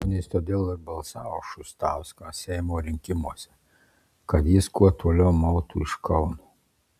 žmonės todėl ir balsavo už šustauską seimo rinkimuose kad jis kuo toliau mautų iš kauno